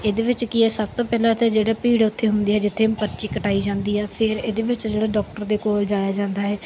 ਇਹਦੇ ਵਿੱਚ ਕੀ ਹੈ ਸਭ ਤੋਂ ਪਹਿਲਾਂ ਤਾਂ ਜਿਹੜਾ ਭੀੜ ਉੱਥੇ ਹੁੰਦੀ ਹੈ ਜਿੱਥੇ ਪਰਚੀ ਕਟਾਈ ਜਾਂਦੀ ਹੈ ਫਿਰ ਇਹਦੇ ਵਿੱਚ ਜਿਹੜਾ ਡਾਕਟਰ ਦੇ ਕੋਲ ਜਾਇਆ ਜਾਂਦਾ ਹੈ